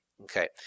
Okay